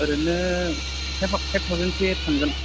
ओरैनो five five थावजेन्डसो थांगोन